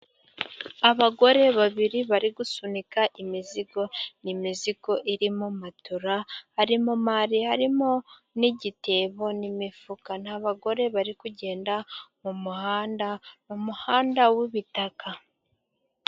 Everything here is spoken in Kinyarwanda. Abagore babiri bari gusunika imizigo. Ni imizigo irimo matora, harimo mali, harimo n'igitebo n'imifuka. Ni abagore bari kugenda mu muhanda, mu muhanda w'ibitaka.